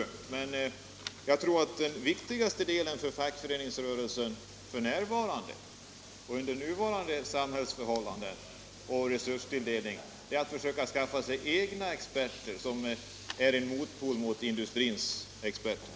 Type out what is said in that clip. Jag tror att det viktigaste för fackföreningsrörelsen under nuvarande samhällsförhållanden och med nuvarande resurstilldelning är att skaffa sig egna experter som en motpol till industrins experter.